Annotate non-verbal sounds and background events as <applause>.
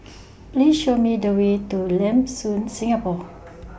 <noise> Please Show Me The Way to Lam Soon Singapore <noise>